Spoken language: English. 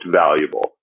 valuable